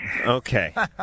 Okay